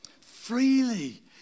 freely